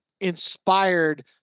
inspired